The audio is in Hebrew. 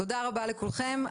תודה רבה לכולכם.